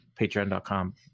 patreon.com